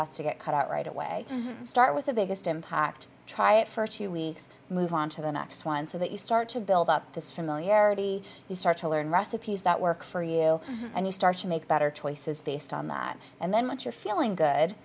has to get cut out right away start with the biggest impact try it first two weeks move on to the next one so that you start to build up this familiarity you start to learn recipes that work for you and you start to make better choices based on that and then what you're feeling good